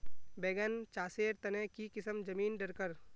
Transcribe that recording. बैगन चासेर तने की किसम जमीन डरकर?